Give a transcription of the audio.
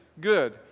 good